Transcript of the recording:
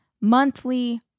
monthly